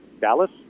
Dallas